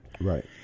Right